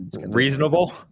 Reasonable